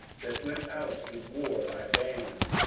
that went out to war by bands,